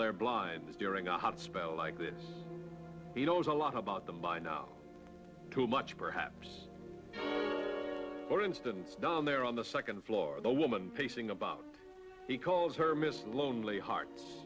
their blinds during a hot spell like this you know it's a lot about them by now too much perhaps for instance down there on the second floor the woman pacing about he calls her miss lonely hearts